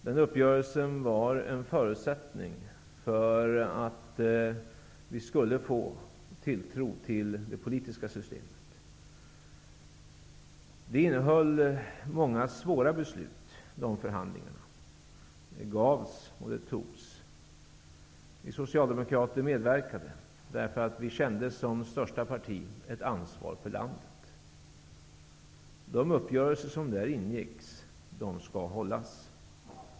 Den uppgörelsen var en förutsättning för att vi skulle få tilltro till det politiska systemet. Förhandlingarna innehöll många svåra beslut. Det gavs och togs. Vi socialdemokrater medverkade därför att vi, som största parti, kände ett ansvar för landet. De uppgörelser som då ingicks skall hållas.